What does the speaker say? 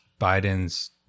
biden's